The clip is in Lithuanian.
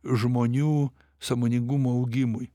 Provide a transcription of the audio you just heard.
žmonių sąmoningumo augimui